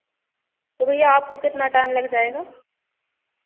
तो भैया आपको कितना टाइम लग जाएगा